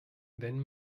wenn